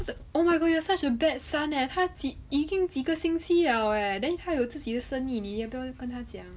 what the oh my god you are such a bad son eh 他几已经几个星期 liao eh then 他有自己的生意你也不要跟他讲